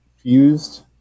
confused